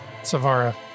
Savara